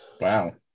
wow